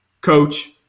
coach